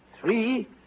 three